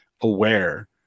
aware